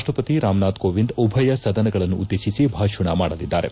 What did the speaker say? ರಾಷ್ಟಪತಿ ರಾಮನಾಥ್ ಕೋಎಂದ್ ಉಭಯ ಸದನಗಳನ್ನುದ್ದೇಶಿಸಿ ಭಾಷಣ ಮಾಡಲಿದ್ದಾರೆ